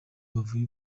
bavuye